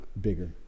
bigger